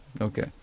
okay